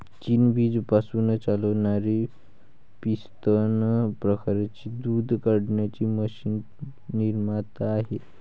चीन वीज पासून चालणारी पिस्टन प्रकारची दूध काढणारी मशीन निर्माता आहे